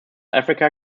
africa